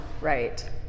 Right